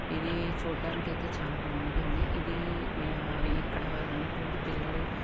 ఇది చూడడానికి అయితే చాలా బాగుంటుంది ఇది ఇక్కడ ఉన్నటువంటి పిల్లలు